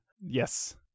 yes